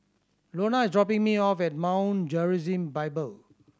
Lonna is dropping me off at Mount Gerizim Bible